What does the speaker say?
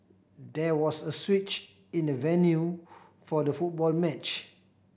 there was a switch in the venue for the football match